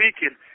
speaking